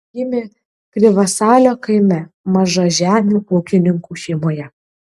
gimė krivasalio kaime mažažemių ūkininkų šeimoje